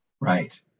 Right